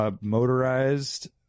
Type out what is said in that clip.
Motorized